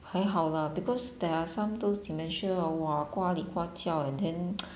还好 lah because there are some those dementia hor !wah! 呱哩呱叫 and then